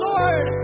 Lord